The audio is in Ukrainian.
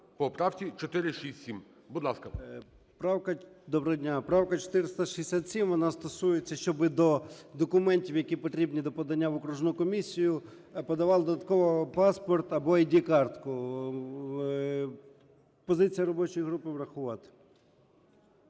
10:41:12 ЧЕРНЕНКО О.М. Доброго дня! Правка 467. Вона стосується, щоби до документів, які потрібні для подання в окружну комісію, подавали додатково паспорт або ID-картку. Позиція робочої групи врахувати.